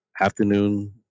afternoon